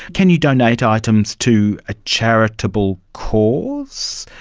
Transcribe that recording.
can you donate items to a charitable cause,